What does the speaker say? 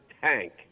tank